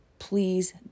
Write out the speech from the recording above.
Please